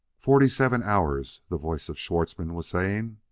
forty-seven hours! the voice of schwartzmann was saying.